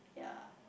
yeah